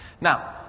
Now